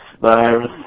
virus